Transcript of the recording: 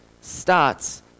starts